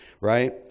right